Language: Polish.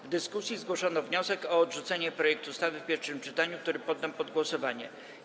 W dyskusji zgłoszono wniosek o odrzucenie projektu ustawy w pierwszym czytaniu, który poddam pod głosowanie.